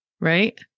right